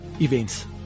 events